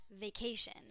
vacation